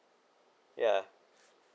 ya